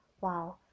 Wow